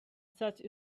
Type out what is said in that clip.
such